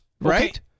right